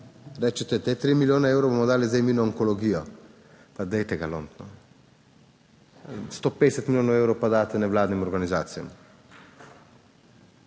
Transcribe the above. rečete, te tri milijone evrov bomo dali zdaj mi na onkologijo - ah, dajte ga lomit, no! - 150 milijonov evrov pa daste nevladnim organizacijam.